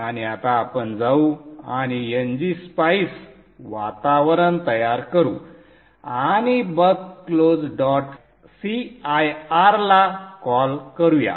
आणि आता आपण जाऊ आणि ngSpice वातावरण तयार करू आणि बक क्लोज डॉट cir ला कॉल करूया